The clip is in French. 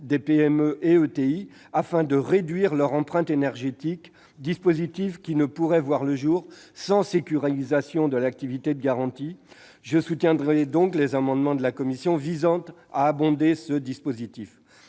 des PME et ETI afin de réduire leur empreinte énergétique, dispositif qui ne pourrait pas voir le jour sans sécurisation de l'activité de garantie. Je soutiendrai donc les amendements de la commission visant à abonder ce dispositif.